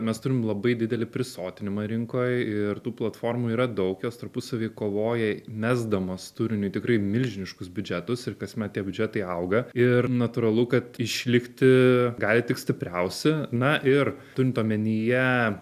mes turim labai didelį prisotinimą rinkoj ir tų platformų yra daug jos tarpusavy kovoja mesdamos turiniui tikrai milžiniškus biudžetus ir kasmet tie biudžetai auga ir natūralu kad išlikti gali tik stipriausi na ir turint omenyje